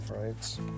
rights